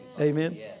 Amen